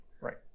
Right